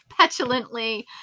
petulantly